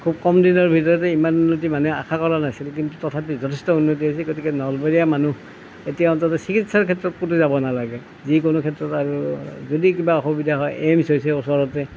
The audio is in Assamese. খুব কম দিনৰ ভিতৰতে ইমান উন্নতি মানুহে আশা কৰা নাছিল কিন্তু তথাপিও যথেষ্ট উন্নতি হৈছে গতিকে নলবৰীয়া মানুহ এতিয়া অন্তত চিকিৎসাৰ ক্ষেত্ৰত ক'তো যাব নালাগে যিকোনো ক্ষেত্ৰত আৰু যদি কিবা অসুবিধা হয় এইমছ হৈছে ওচৰতে